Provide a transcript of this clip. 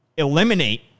Eliminate